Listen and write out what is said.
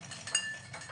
המנכ"ל.